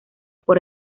por